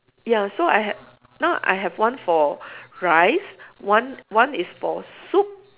ya so I ha~ now I have one for rice one one is for soup